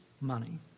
money